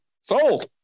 sold